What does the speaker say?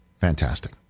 Fantastic